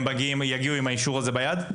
הם יגיעו עם האישור הזה ביד?